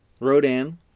Rodan